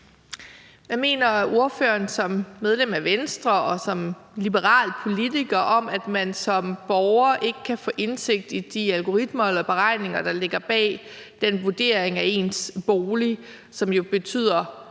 Hvad mener ordføreren som medlem af Venstre og som liberal politiker om, at man som borger ikke kan få indsigt i de algoritmer eller beregninger, der ligger bag vurderingen af ens bolig? Det er